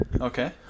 Okay